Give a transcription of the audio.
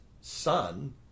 son